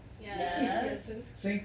Yes